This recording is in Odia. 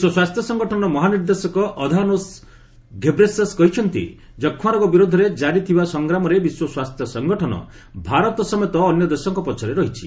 ବିଶ୍ୱ ସ୍ୱାସ୍ଥ୍ୟ ସଙ୍ଗଠନର ମହାନିର୍ଦ୍ଦେଶକ ଆଧାନୋସ୍ ଘେବ୍ରେସସ୍ କହିଛନ୍ତି ଯକ୍ଷ୍ମାରୋଗ ବିରୋଧରେ ଜାରି ଥିବା ସଂଗ୍ରାମରେ ବିଶ୍ୱ ସ୍ୱାସ୍ଥ୍ୟ ସଙ୍ଗଠନ ଭାରତ ସମେତ ଅନ୍ୟ ଦେଶଙ୍କ ପଛରେ ରହିଛି